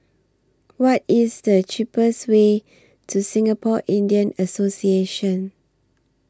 What IS The cheapest Way to Singapore Indian Association